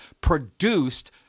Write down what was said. produced